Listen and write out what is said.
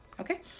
Okay